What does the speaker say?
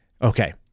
okay